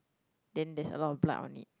then there's a lot of blood on it